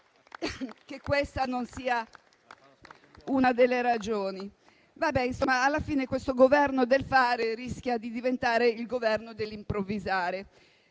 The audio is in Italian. che questa non sia una delle ragioni. Alla fine questo Governo del fare rischia di diventare il Governo dell'improvvisare,